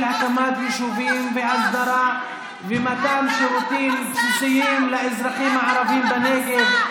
הקמת יישובים בהסדרה ומתן שירותים בסיסיים לאזרחים הערבים בנגב.